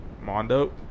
Mondo